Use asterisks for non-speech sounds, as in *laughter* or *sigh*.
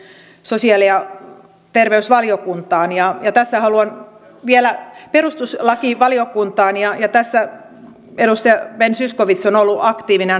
sosiaali ja terveysvaliokuntaan ja ja tässä haluan vielä perustuslakivaliokuntaan ja ja tässä edustaja ben zyskowicz on on ollut aktiivinen *unintelligible*